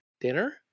dinner